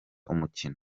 umukino